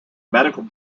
medical